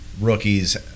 rookies